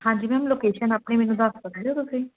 ਹਾਂਜੀ ma'am location ਆਪਣੀ ਮੈਨੂੰ ਦੱਸ ਸਕਦੇ ਹੋ ਤੁਸੀਂ